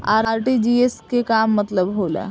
RTGS के का मतलब होला?